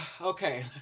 Okay